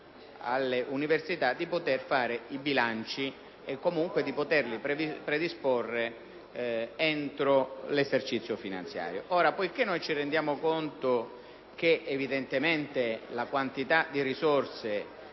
alle università di poter fare i bilanci e - comunque - di poterli predisporre entro l'esercizio finanziario. Ci rendiamo conto che la quantità di risorse